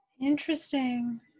Interesting